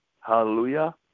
Hallelujah